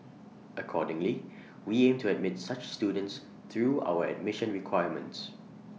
accordingly we aim to admit such students through our admission requirements